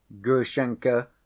Grushenka